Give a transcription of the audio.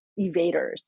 evaders